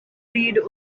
reed